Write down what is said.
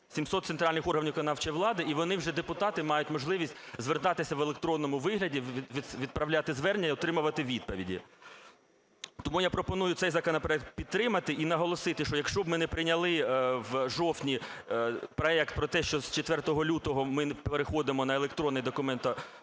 700 центральних органів виконавчої влади. І вони вже, депутати, мають можливість звертатися в електронному вигляді, відправляти звернення і отримувати відповіді. Тому я пропоную цей законопроект підтримати, і наголосити, що, якщо б ми не прийняли в жовтні проект про те, що з 4 лютого ми переходимо на електронний документооборот